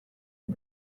but